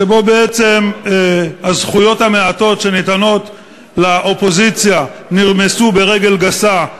שבעצם הזכויות המעטות שניתנות לאופוזיציה נרמסו ברגל גסה,